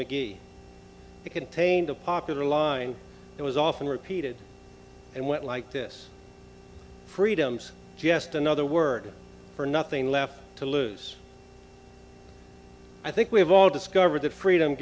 mcgee it contained a popular line that was often repeated and went like this freedom's just another word for nothing left to lose i think we've all discovered that freedom